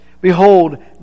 behold